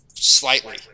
Slightly